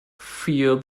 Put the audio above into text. fear